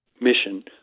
mission